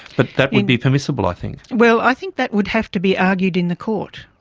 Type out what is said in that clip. but that would be permissible, i think. well, i think that would have to be argued in the court,